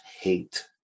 hate